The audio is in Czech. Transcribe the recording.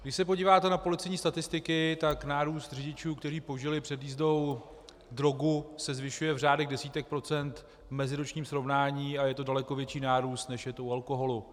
Když se podíváte na policejní statistiky, tak nárůst řidičů, kteří požili před jízdou drogu, se zvyšuje v řádech desítek procent v meziročním srovnání a je to daleko větší nárůst, než je to u alkoholu.